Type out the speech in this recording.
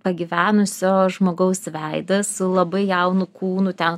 pagyvenusio žmogaus veidas labai jaunu kūnu ten